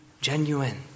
genuine